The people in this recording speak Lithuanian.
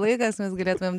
laikas mes galėtumėm